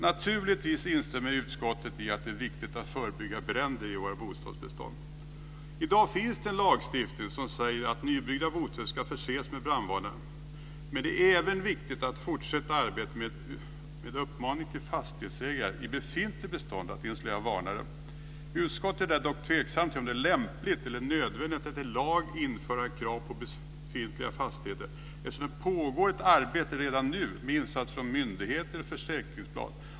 Naturligtvis instämmer utskottet i att det är viktigt att förebygga bränder i vårt bostadsbestånd. I dag finns en lagstiftning som säger att nybyggda bostäder ska förses med brandvarnare, men det är även viktigt att fortsätta arbetet med uppmaning till fastighetsägare att i det befintliga beståndet installera varnare. Utskottet är dock tveksamt om det är lämpligt eller nödvändigt att i lag införa krav på befintliga fastigheter, eftersom det redan nu pågår ett arbete med insatser från myndigheter och försäkringsbolag.